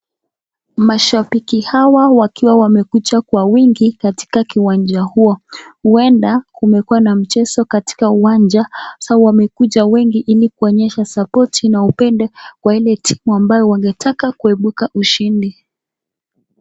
Mashabiki hawa wakiwa wamekuja kwa wingi katika kiwanja huo. uenda kumekuwa na mchezo katika uwanja sasa wamekuja wengi ili kuonyesha support na upendo kwa ile timu ambayo wangetaka kuibuka ushindi.